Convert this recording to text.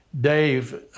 Dave